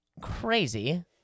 crazy